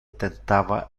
tentava